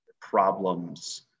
problems